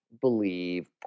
believe